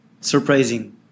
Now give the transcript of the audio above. surprising